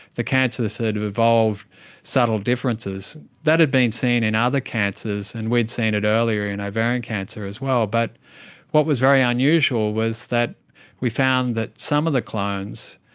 the cancer sort of evolved subtle differences. that had been seen in other cancers and we'd seen it earlier in ovarian cancer as well. but what was very unusual was that we found that some of the clones